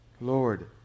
Lord